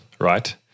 right